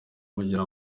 mugira